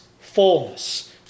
fullness